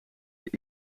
het